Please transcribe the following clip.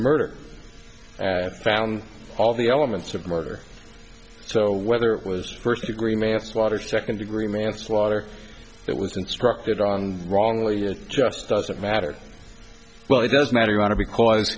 murder found all the elements of murder so whether it was first degree manslaughter second degree manslaughter it was instructed on wrongly it just doesn't matter well it doesn't matter you want to because